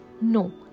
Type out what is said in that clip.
No